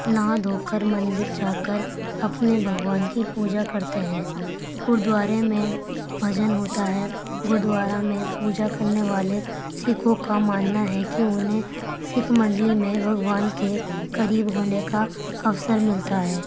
نہا دھو کر مندر جا کر اپنے بھگوان کی پوجا کرتے ہیں گردوارے میں بھجن ہوتا ہے گردوارا میں پوجا کرنے والے سِکھوں کا ماننا ہے کہ اُنہیں سِکھ منڈلی میں بھگوان کے قریب ہونے کا اوسر ملتا ہے